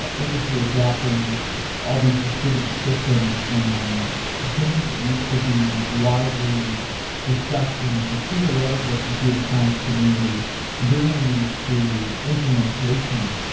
ah industry adopting all these distributed systems and things that used to be widely discussed discussed in theoretical computer science community bringing these to implementation.